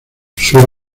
suele